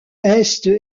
est